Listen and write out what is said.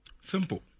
Simple